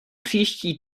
příští